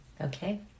Okay